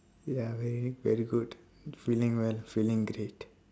ya very very good feeling well feeling great